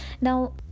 Now